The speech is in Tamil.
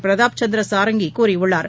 பிரதாப் சந்திர சாரங்கி கூறியுள்ளார்